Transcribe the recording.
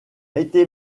été